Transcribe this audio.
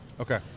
okay